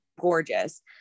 gorgeous